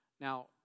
Now